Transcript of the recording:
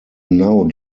now